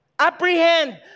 apprehend